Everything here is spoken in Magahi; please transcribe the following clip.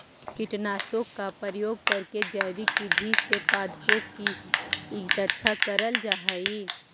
कीटनाशकों का प्रयोग करके जैविक विधि से पादपों की रक्षा करल जा हई